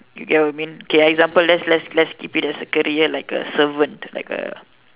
you get what I mean okay example let's let's let's keep it as a career like a servant like a